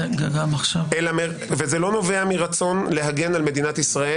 וזה לא נובע מרצון להגן על מדינת ישראל